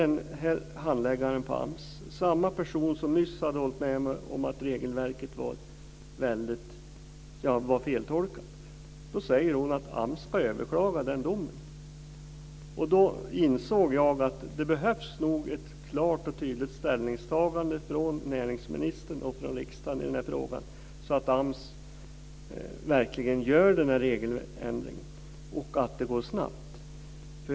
Då säger handläggaren på AMS - samma person som nyss hållit med om att regelverket var feltolkat - att AMS ska överklaga domen. Då insåg jag att det behövs ett klart och tydligt ställningstagande från näringsministern och riksdagen i frågan så att AMS verkligen gör regeländringen - och att det går snabbt.